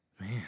man